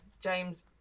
james